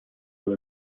that